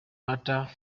matter